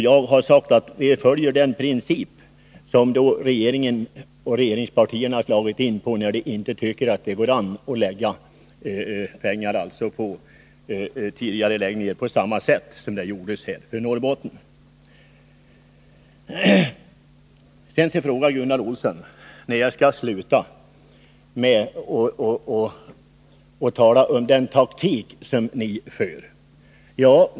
Jag har sagt att vi följer den princip som regeringen och regeringspartierna slagit in på när man inte ansett att det går att använda pengar för tidigareläggningar på samma sätt i andra län som för Norrbotten. Sedan frågar Gunnar Olsson när jag skall sluta med att tala om den taktik som ni för.